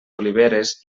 oliveres